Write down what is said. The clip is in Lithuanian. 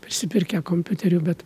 prisipirkę kompiuterių bet